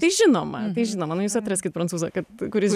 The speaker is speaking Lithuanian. tai žinoma žinomanu jūs atraskit prancūzą kad kuris